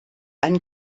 einen